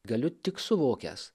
galiu tik suvokęs